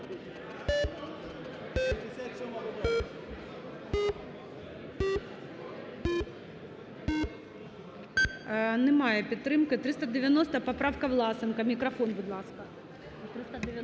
Немає підтримки. 390 поправка Власенка. Мікрофон, будь ласка.